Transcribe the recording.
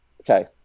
Okay